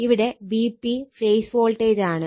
ഇവിടെ VP phase voltage ആണ്